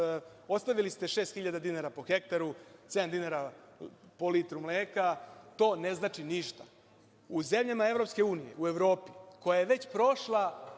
Ostavili ste 6.000 dinara po hektaru, sedam dinara po litru mleka, to ne znači ništa. U zemljama EU, u Evropi, koja je već prošla